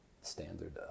standard